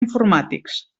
informàtics